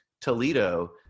Toledo